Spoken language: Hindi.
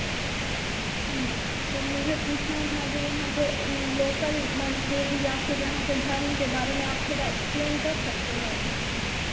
तो मुझे पूछना था कि यहाँ पर लोकल मंदिर या फिर यहाँ के धर्म के बारे में आप थोड़ा एक्सप्लैन कर सकते हो